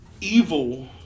evil